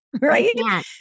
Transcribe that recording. right